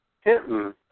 Hinton